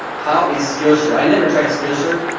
how is skillshare? i never tried skillshare,